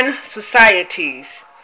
Societies